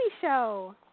show